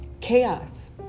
chaos